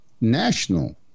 national